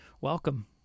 Welcome